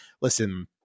Listen